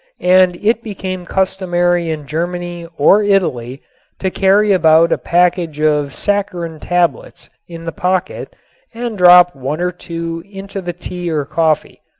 and it became customary in germany or italy to carry about a package of saccharin tablets in the pocket and drop one or two into the tea or coffee.